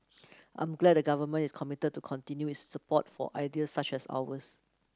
I'm glad the Government is committed to continue its support for ideas such as ours